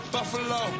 Buffalo